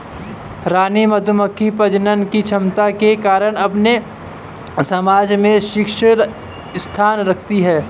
रानी मधुमक्खी प्रजनन की क्षमता के कारण अपने समाज में शीर्ष स्थान रखती है